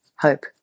hope